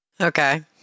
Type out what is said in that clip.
Okay